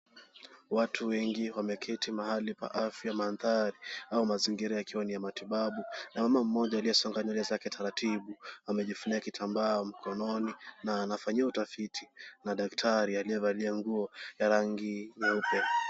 Watu wengi wameketi mahali pa afya mandhari au mazingira yakiwa ni ya matibabu na mama mmoja aliyesonga nyewele zake taratibu amejifunika kitambaa mkononi na anafanyiwa utafiti na daktari aliyevalia nguo ya rangi nyeupe.